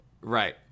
right